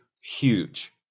Huge